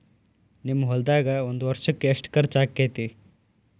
ನಿಮ್ಮ ಹೊಲ್ದಾಗ ಒಂದ್ ವರ್ಷಕ್ಕ ಎಷ್ಟ ಖರ್ಚ್ ಆಕ್ಕೆತಿ?